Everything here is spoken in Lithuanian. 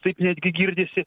taip netgi girdisi